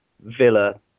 Villa